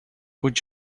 would